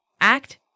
Act